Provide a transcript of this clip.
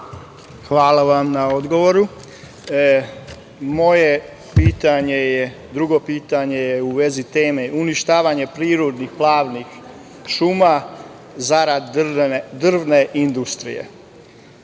Hvala vam na odgovoru. Moje pitanje drugo je u vezi teme uništavanja prirodnih plavnih šuma, zarad drvne industrije.